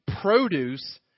produce